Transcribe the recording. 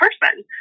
person